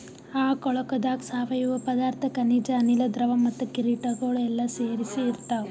ಆ ಕೊಳುಕದಾಗ್ ಸಾವಯವ ಪದಾರ್ಥ, ಖನಿಜ, ಅನಿಲ, ದ್ರವ ಮತ್ತ ಕೀಟಗೊಳ್ ಎಲ್ಲಾ ಸೇರಿಸಿ ಇರ್ತಾವ್